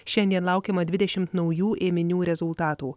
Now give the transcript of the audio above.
šiandien laukiama dvidešim naujų ėminių rezultatų